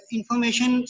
Information